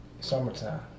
Summertime